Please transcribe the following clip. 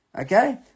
Okay